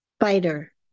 fighter